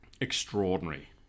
extraordinary